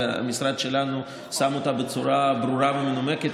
והמשרד שלנו שם אותה בצורה ברורה ומנומקת.